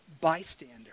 bystander